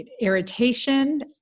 irritation